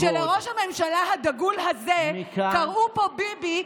שלראש הממשלה הדגול הזה קראו פה "ביבי",